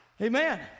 Amen